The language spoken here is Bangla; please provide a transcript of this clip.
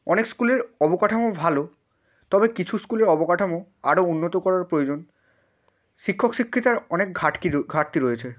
অনেক স্কুলের অবকাঠামো ভালো তবে কিছু স্কুলের অবকাঠামো আরও উন্নত করার প্রয়োজন শিক্ষক শিক্ষিকার অনেক ঘাটতি রয়েছে